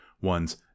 one's